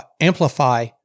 amplify